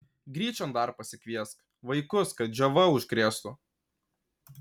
gryčion dar pasikviesk vaikus kad džiova užkrėstų